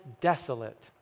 desolate